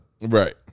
right